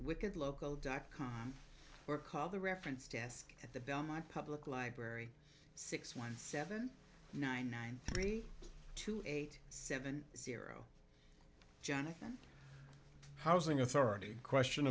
wicked local dot com or call the reference desk at the bell my public library six one seven nine nine three two eight seven zero jonathan housing authority question